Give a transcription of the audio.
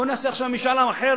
בוא נעשה עכשיו משאל עם אחר,